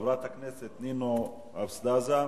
חברת הכנסת נינו אבסדזה,